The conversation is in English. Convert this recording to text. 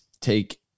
take